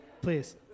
Please